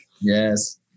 Yes